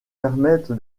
permettre